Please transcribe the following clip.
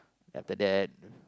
at the date